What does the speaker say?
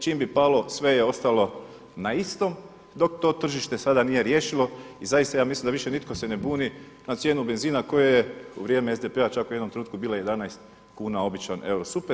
Čim bi palo sve je ostalo na istom dok to tržište sada nije riješilo i zaista ja mislim da više nitko se ne buni na cijenu benzina koje je u vrijeme SDP-a čak u jednom trenutku bila 11 kuna običan eurosuper.